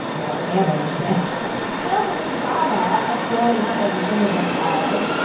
about our families and also the trauma of growing up as an immigrant child,